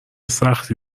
سختی